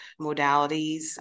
modalities